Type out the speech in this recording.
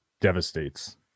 devastates